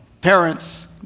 Parents